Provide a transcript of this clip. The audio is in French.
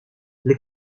les